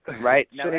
Right